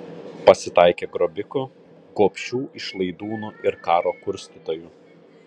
pasitaikė grobikų gobšių išlaidūnų ir karo kurstytojų